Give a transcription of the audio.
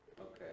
Okay